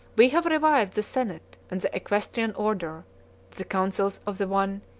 we have revived the senate, and the equestrian order the counsels of the one,